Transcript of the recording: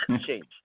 change